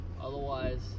Otherwise